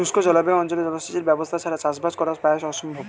শুষ্ক জলবায়ু অঞ্চলে জলসেচের ব্যবস্থা ছাড়া চাষবাস করা প্রায় অসম্ভব